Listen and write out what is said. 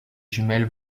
jumelles